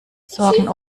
sorgen